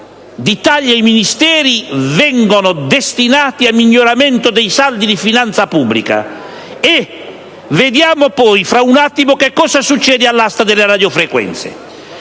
di tagli ai Ministeri vengono destinati al miglioramento dei saldi di finanza pubblica, e vediamo poi fra un attimo che cosa succede all'asta delle radiofrequenze.